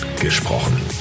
gesprochen